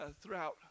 throughout